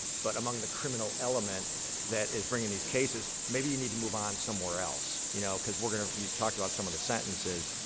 but among the criminal element that is bringing these cases. maybe you need to move on somewhere else you know because we're going to, you talked about some of the sentences,